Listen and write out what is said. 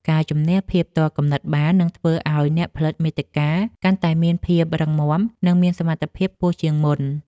ការជម្នះភាពទាល់គំនិតបាន នឹងធ្វើឱ្យអ្នកផលិតមាតិកាកាន់តែមានភាពរឹងមាំ និងមានសមត្ថភាពខ្ពស់ជាងមុន។